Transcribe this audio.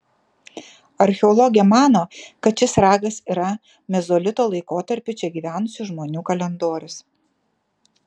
archeologė mano kad šis ragas yra mezolito laikotarpiu čia gyvenusių žmonių kalendorius